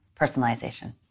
personalization